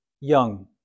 young